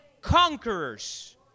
conquerors